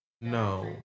no